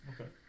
Okay